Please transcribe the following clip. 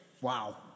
wow